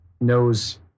knows